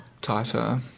Tighter